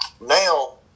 now